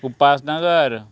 उपास नगर